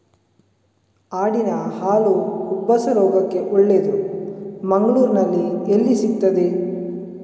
ಆಡಿನ ಹಾಲು ಉಬ್ಬಸ ರೋಗಕ್ಕೆ ಒಳ್ಳೆದು, ಮಂಗಳ್ಳೂರಲ್ಲಿ ಎಲ್ಲಿ ಸಿಕ್ತಾದೆ?